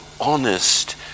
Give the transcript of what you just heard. honest